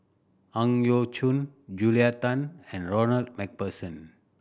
Ang Yau Choon Julia Tan and Ronald Macpherson